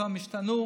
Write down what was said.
פתאום השתנו.